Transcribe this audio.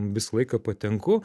visą laiką patenku